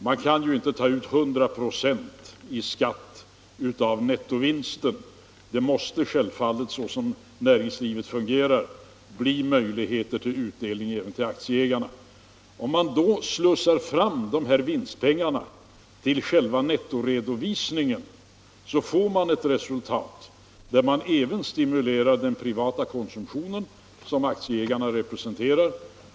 Man kan ju inte ta ut 100 96 i skatt av nettovinsten — det måste självfallet, såsom näringslivet fungerar, bli möjligheter till utdelning även till aktieägarna. Om man då slussar fram de här vinstpengarna till själva nettoredovisningen, så får man ett resultat där man även stimulerar den privata konsumtionen, som aktieägarna representerar.